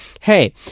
hey